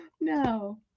no